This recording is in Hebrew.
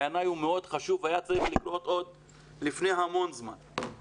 בעיניי הוא מאוד חשוב והיה צריך לקרות עוד לפני זמן רב.